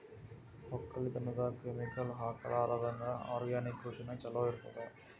ಒಕ್ಕಲತನದಾಗ ಕೆಮಿಕಲ್ ಹಾಕಲಾರದಂಗ ಆರ್ಗ್ಯಾನಿಕ್ ಕೃಷಿನ ಚಲೋ ಇರತದ